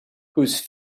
whose